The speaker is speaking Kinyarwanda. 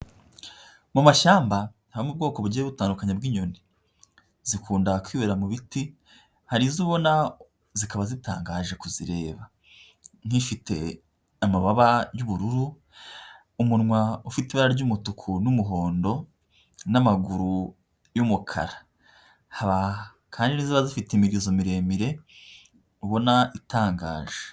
Mu mashyamba habamo ubwoko bugiye butandukanye bw'inyoni, zikunda kwibera mu biti, hari izo ubona zikaba zitangaje kuzireba, nk'ifite amababa y'ubururu, umunwa ufite ibara ry'umutuku n'umuhondo n'amaguru y'umukara haba kandi n'iziba zifite imirizo miremire ubona itangaje.